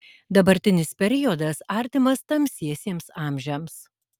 dabartinis periodas artimas tamsiesiems amžiams